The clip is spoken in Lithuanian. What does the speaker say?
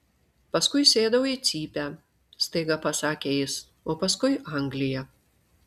paskui sėdau į cypę staiga pasakė jis o paskui anglija